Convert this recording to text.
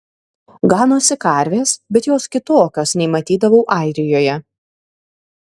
ganosi karvės bet jos kitokios nei matydavau airijoje